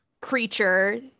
creature